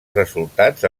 resultats